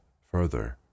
further